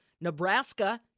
Nebraska